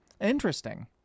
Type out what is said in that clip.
interesting